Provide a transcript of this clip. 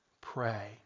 Pray